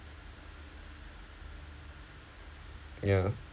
ya